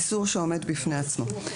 איסור שעומד בפני עצמו.